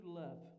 love